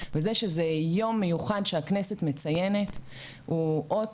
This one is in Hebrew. וזה שזה יום מיוחד שהכנסת מציינת הוא אות